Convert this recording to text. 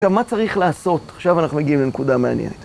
מה צריך לעשות? עכשיו אנחנו מגיעים לנקודה מעניינת.